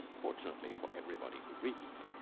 fortunately for everybody who reads,